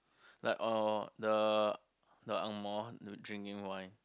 like uh the the ang moh drinking wine